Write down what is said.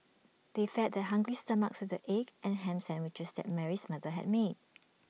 they fed their hungry stomachs with the egg and Ham Sandwiches that Mary's mother had made